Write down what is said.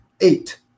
eight